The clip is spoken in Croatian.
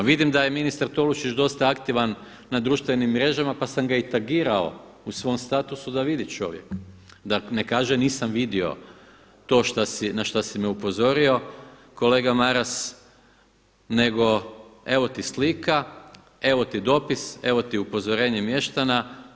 Vidim da je ministar Tolušić dosta aktivan na društvenim mrežama pa sam ga i tagirao u svom statusu da vidi čovjek, da ne kaže nisam vidio to na šta si me upozorio kolega Maras nego evo ti slika, evo ti dopis, evo ti upozorenje mještana.